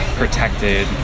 protected